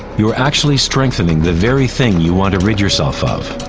you are actually strengthening the very thing you want to rid yourself of.